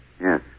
Yes